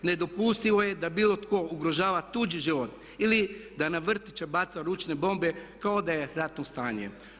Nedopustivo je da bilo tko ugrožava tuđi život ili da na vrtiće baca ručne bombe kao da je ratno stanje.